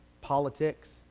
politics